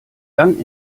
gang